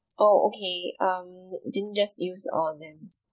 oh okay um then just use all of them